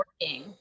working